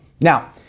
Now